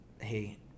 hey